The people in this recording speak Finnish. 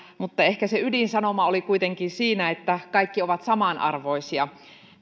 mutta ehkä se ydinsanoma oli kuitenkin siinä että kaikki ovat samanarvoisia